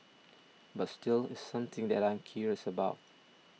but still it's something that I am curious about